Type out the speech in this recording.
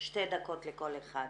שתי דקות לכל אחד.